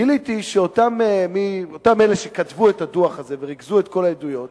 גיליתי שאותם אלה שכתבו את הדוח הזה וריכזו את כל העדויות